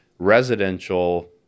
residential